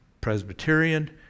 Presbyterian